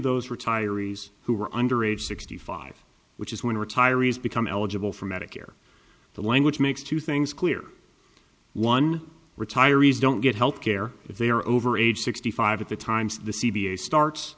those retirees who are under age sixty five which is when retirees become eligible for medicare the language makes two things clear one retirees don't get health care if they are over age sixty five at the times c b s starts